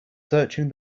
searching